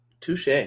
touche